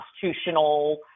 constitutional